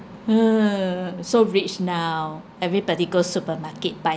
ah so rich now everybody go supermarket buy